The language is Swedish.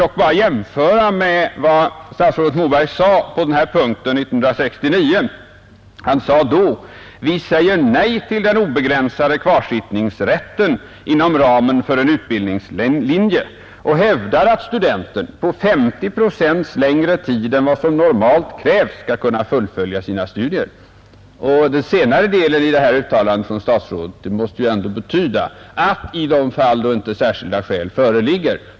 Jag vill jämföra detta med vad statsrådet Moberg sade på denna punkt 1969: ”Vi säger nej till den obegränsade kvarsittningsrätten inom ramen för en utbildningslinje och hävdar att studenten på 50 procents längre tid än vad som normalt krävs skall kunna fullfölja sina studier.” Den senare delen av detta uttalande av statsrådet måste ju ändå betyda att de skall utspärras i de fall då inte särskilda skäl föreligger.